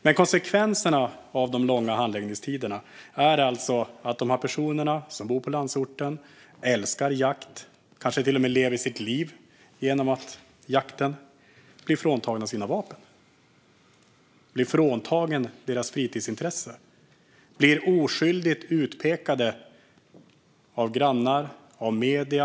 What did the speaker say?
Men konsekvenserna av de långa handläggningstiderna är alltså att de här personerna som bor på landsorten och som älskar jakt - de kanske till och med lever sitt liv genom jakten - blir fråntagna sina vapen. De blir fråntagna sitt fritidsintresse, och de blir oskyldigt utpekade av grannar och av medierna.